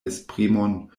esprimon